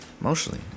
emotionally